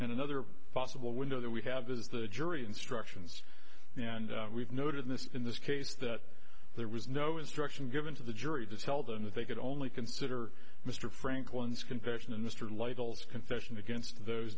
and another possible window that we have is the jury instructions and we've noted in this in this case that there was no instruction given to the jury to tell them that they could only consider mr franklin's confession and mr label's confession against those